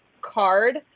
card